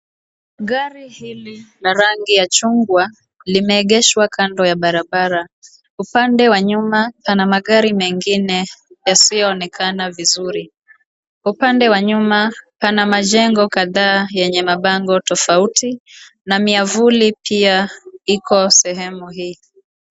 Gari hili la rangi ya chungwa limeegeshwa kando ya barabara. Upande wa nyuma pana magari mengine yasiyoonekana vizuri. Upande wa nyuma pana majengo kadhaa yenye mabango tofauti na miavuli pia iko sehemu hii.